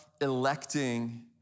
electing